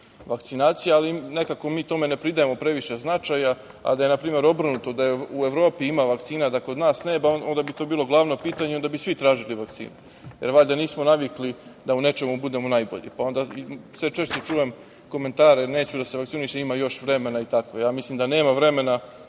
ali nekako, mi tome ne pridajemo previše značaja. A, da je npr. obrnuto, da u Evropi ima vakcina, da kod nas nema, onda bi to bilo glavno pitanje i onda bi svi tražili vakcine. Valjda nismo navikli da u nečemu budemo najbolji. Onda sve češće čujem komentare – neću da se vakcinišem, ima još vremena. Ja mislim da nema vremena